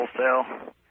wholesale